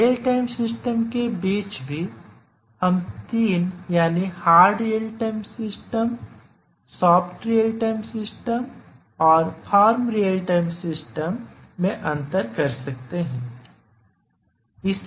इन real time system के बीच भी हम तीन यानी hard real time system soft real time system और फर्म रियल टाइम सिस्टम में अंतर कर सकते हैं